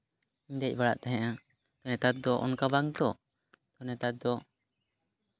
ᱫᱮᱡ ᱵᱟᱲᱟᱜ ᱛᱟᱦᱮᱸᱜᱼᱟ ᱱᱮᱛᱟᱨ ᱫᱚ ᱚᱱᱠᱟ ᱵᱟᱝ ᱛᱚ ᱱᱮᱛᱟᱨ ᱫᱚ